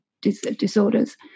disorders